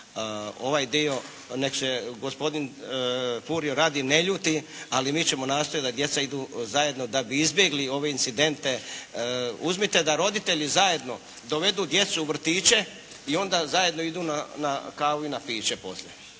ovaj dio, neka se gospodin Furio Radin ne ljudi, ali mi ćemo nastojati da djeca idu zajedno da bi izbjegli ove incidente. Uzmite da roditelji zajedno dovedu djecu u vrtić i onda zajedno idu na kavu i piće poslije.